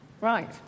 Right